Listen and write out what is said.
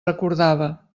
recordava